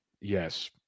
Yes